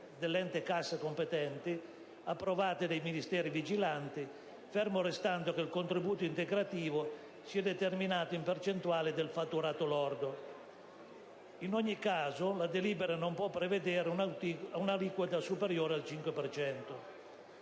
dell'ente cassa competente, approvata dai Ministeri vigilanti, fermo restando che il contributo integrativo sia determinato in percentuale del fatturato lordo. In ogni caso, la delibera non può prevedere una aliquota superiore al 5 per cento.